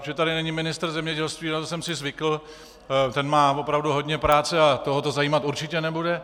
Že tady není ministr zemědělství, na to jsem si zvykl, ten má opravdu hodně práce a toho to zajímat určitě nebude.